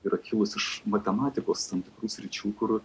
yra kilusi iš matematikos tam tikrų sričių kur